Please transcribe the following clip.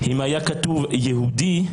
אם היה כתוב יהודי,